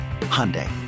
Hyundai